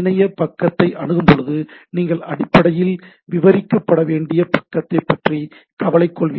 இணைய பக்கத்தை அணுகும் போது நீங்கள் அடிப்படையில் விவரிக்கப்பட வேண்டிய பக்கத்தைப் பற்றி கவலைகொள்கிறீர்கள்